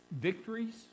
victories